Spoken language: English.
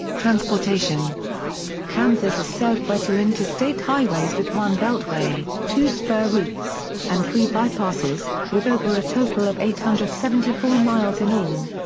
transportation kansas is served by two interstate highways with one beltway, two spur routes, and three bypasses, with over a total of eight hundred and seventy four miles in all.